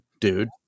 dude